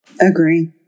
Agree